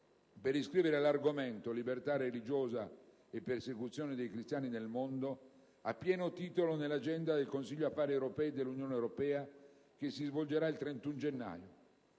per iscrivere l'argomento della libertà religiosa e persecuzione dei cristiani nel mondo a pieno titolo nell'agenda del Consiglio affari esteri dell'Unione europea che si svolgerà il 31 gennaio